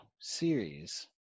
series